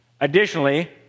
Additionally